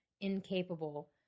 incapable